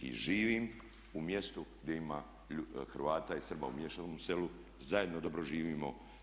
I živim u mjestu gdje ima Hrvata i Srba u miješanom selu, zajedno dobro živimo.